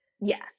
Yes